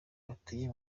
batuye